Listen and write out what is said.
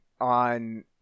on